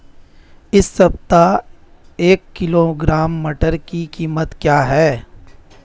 इस सप्ताह एक किलोग्राम मटर की कीमत क्या है?